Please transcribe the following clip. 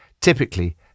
Typically